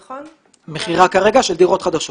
כרגע מכירה של דירות חדשות.